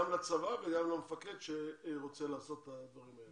בוא ניתן קרדיט גם לצבא וגם למפקד שרוצה לעשות את הדברים האלה.